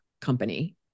company